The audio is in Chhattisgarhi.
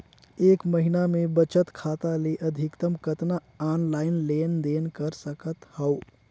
एक महीना मे बचत खाता ले अधिकतम कतना ऑनलाइन लेन देन कर सकत हव?